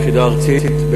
יחידה ארצית,